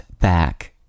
back